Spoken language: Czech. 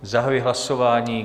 Zahajuji hlasování.